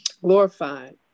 glorified